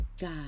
God